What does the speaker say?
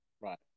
Right